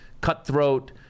cutthroat